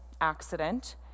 accident